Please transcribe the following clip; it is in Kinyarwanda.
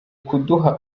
kuduha